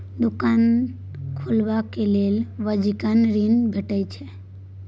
दोकान खोलबाक लेल वाणिज्यिक ऋण भेटैत छै